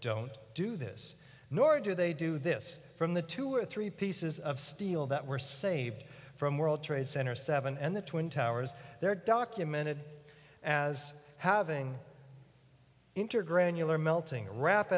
don't do this nor do they do this from the two or three pieces of steel that were saved from world trade center seven and the twin towers are documented as having interger annular melting rap